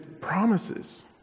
promises